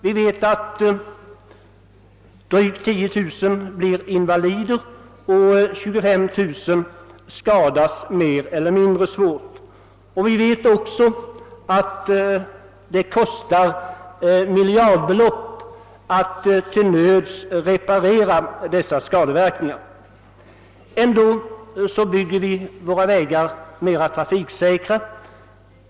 Vi vet att drygt 10 000 blir invalider och att 25 000 skadas mer eller mindre svårt. Vi vet också att det kostar miljarder kronor att till nöds reparera dessa skadeverkningar. Ändå bygger vi våra vägar mera trafiksäkra.